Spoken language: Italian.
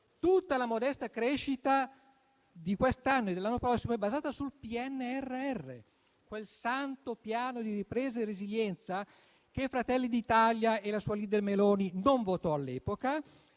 Tutta la modesta crescita di quest'anno e dell'anno prossimo è basata sul PNNR, quel santo Piano di ripresa e resilienza che Fratelli d'Italia e la sua *leader* Meloni non votarono all'epoca